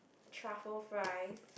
truffle fries